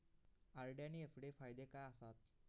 RD आनि FD फायदे काय आसात?